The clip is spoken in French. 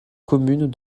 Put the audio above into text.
commune